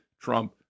Trump